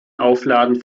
aufladen